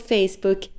Facebook